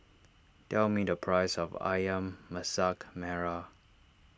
tell me the price of Ayam Masak Merah